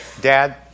Dad